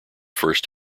first